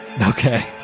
Okay